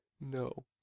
No